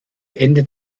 ende